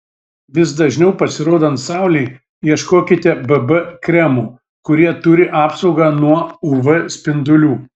vis dažniau pasirodant saulei ieškokite bb kremų kurie turi apsaugą nuo uv spindulių